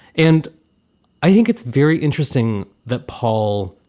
and i think it's very interesting that paul.